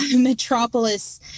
metropolis